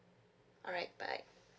alright bye